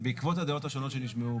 בעקבות הדעות השונות שנשמעו,